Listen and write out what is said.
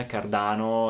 Cardano